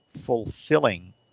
fulfilling